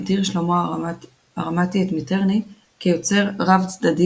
הגדיר שלמה הרמתי את מיטרני כיוצר רב-צדדי